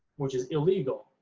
which is illegal,